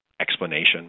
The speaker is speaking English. explanation